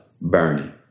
Bernie